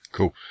Cool